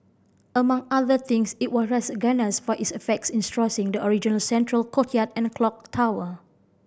among other things it was for its efforts in straw thing the original central courtyard and clock tower